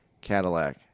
Cadillac